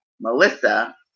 Melissa